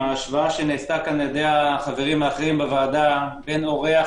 ההשוואה שנעשתה כאן על ידי החברים והאחרים בוועדה בין אורח